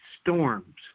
storms